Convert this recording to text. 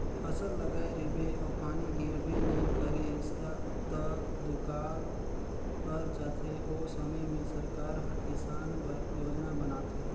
फसल लगाए रिबे अउ पानी गिरबे नी करिस ता त दुकाल पर जाथे ओ समे में सरकार हर किसान बर योजना बनाथे